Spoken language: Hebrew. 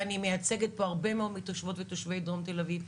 ואני מייצגת פה הרבה מאוד מתושבות ותושבי דרום תל אביב,